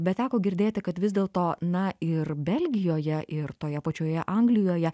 bet teko girdėti kad vis dėl to na ir belgijoje ir toje pačioje anglijoje